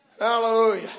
Hallelujah